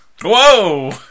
Whoa